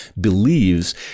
believes